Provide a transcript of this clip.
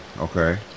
okay